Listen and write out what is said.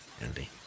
Andy